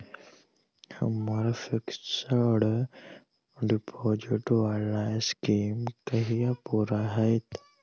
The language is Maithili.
हम्मर फिक्स्ड डिपोजिट वला स्कीम कहिया पूरा हैत?